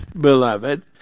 beloved